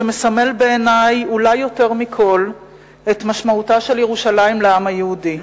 שמסמל בעיני אולי יותר מכול את משמעותה של ירושלים לעם היהודי.